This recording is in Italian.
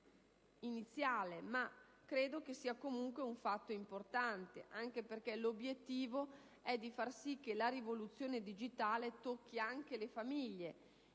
cioè ancora iniziale, ma comunque credo si tratti di un fatto importante, anche perché l'obiettivo è di far sì che la rivoluzione digitale tocchi anche le famiglie;